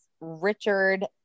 Richard